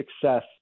success